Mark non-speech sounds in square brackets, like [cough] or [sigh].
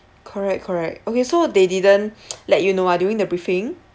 correct correct okay so they didn't [noise] let you know ah during the briefing